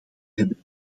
hebben